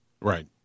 Right